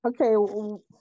Okay